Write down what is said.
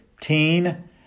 teen